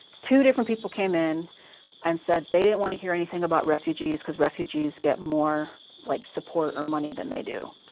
two different people came in and said they didn't wanna hear anything about refugees, cause refugees get more like support or money than they do.